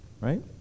right